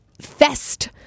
fest